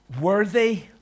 Worthy